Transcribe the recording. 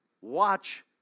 watch